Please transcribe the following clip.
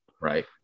right